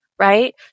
Right